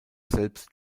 selbst